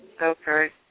Okay